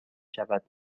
شود